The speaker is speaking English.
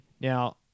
Now